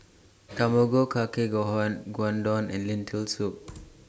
Tamago Kake Gohan Gyudon and Lentil Soup